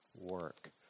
work